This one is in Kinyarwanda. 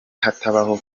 hatabaho